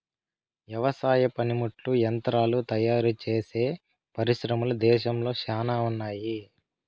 వ్యవసాయ పనిముట్లు యంత్రాలు తయారుచేసే పరిశ్రమలు దేశంలో శ్యానా ఉన్నాయి